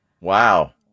Wow